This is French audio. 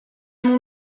mon